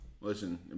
Listen